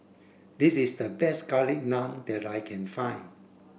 this is the best garlic naan that I can find